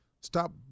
Stop